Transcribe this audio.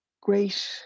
great